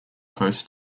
host